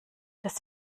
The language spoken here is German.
das